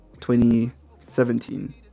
2017